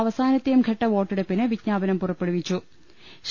അവസാനത്തെയും ഘട്ട വോട്ടെടുപ്പിന് വിജ്ഞാപനം പുറപ്പെടുവിച്ചു ്റ്